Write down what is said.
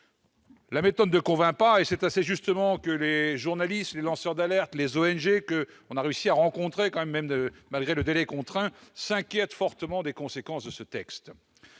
La méthode ne convainc pas, et c'est assez justement que les journalistes, les lanceurs d'alerte et les ONG que nous avons réussi à rencontrer malgré ce délai contraint s'inquiètent fortement des conséquences de ce texte.